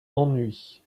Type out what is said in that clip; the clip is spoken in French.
ennui